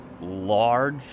large